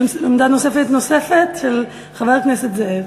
עמדה נוספת, של חבר הכנסת זאב.